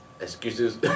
excuses